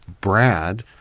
Brad